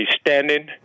standing